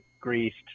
greased